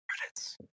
credits